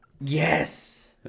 Yes